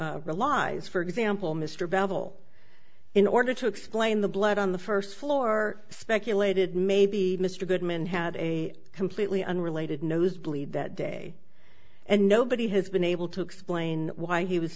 goodman really relies for example mr babel in order to explain the blood on the first floor speculated maybe mr goodman had a completely unrelated nosebleed that day and nobody has been able to explain why he was